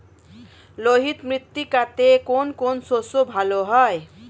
লোহিত মৃত্তিকাতে কোন কোন শস্য ভালো হয়?